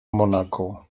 monaco